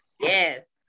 Yes